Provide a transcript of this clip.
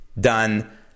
done